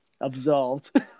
absolved